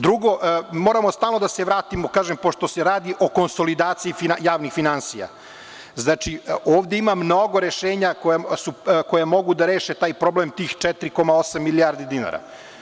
Drugo, moramo stalno da se vratimo, kažem pošto se radi o konsolidaciji javnih finansija, ovde ima mnogo rešenja koja mogu da reše taj problem tih 4,8 milijardi dinara.